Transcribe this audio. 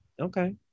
Okay